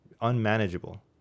unmanageable